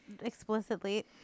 explicitly